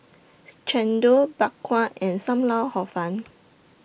Chendol Bak Kwa and SAM Lau Hor Fun